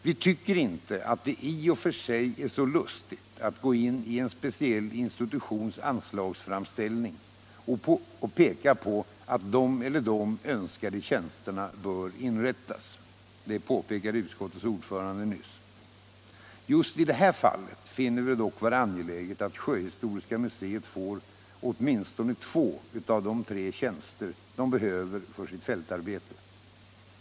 Vi tycker inte att det i och för sig alltid är så lustigt att gå in i en speciell institutions anslagsframställning — det påpekade utskottets ordförande nyss — och peka på att de eller de önskade tjänsterna bör inrättas. Just i det här fallet finner vi det dock vara angeläget att sjöhistoriska museet får åtminstone två av de tre tjänster det behöver för sitt fältarbete.